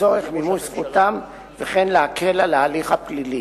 לצורך מימוש זכותם וכן להקל על ההליך הפלילי.